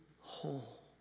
whole